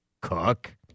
Cook